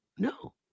No